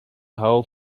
whole